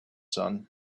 son